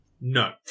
No